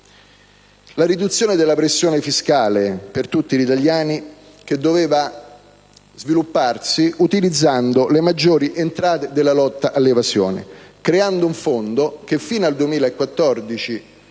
la riduzione della pressione fiscale su tutti gli italiani, che doveva svilupparsi utilizzando le maggiori entrate della lotta all'evasione, creando un fondo che fino al 2014